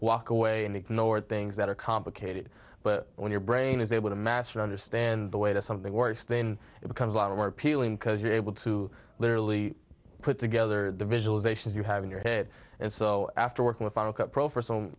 walk away and ignore things that are complicated but when your brain is able to master understand the way to something or stay in it becomes a lot of work peeling because you're able to literally put together the visualizations you have in your head so after working with final cut pro for some